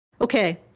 Okay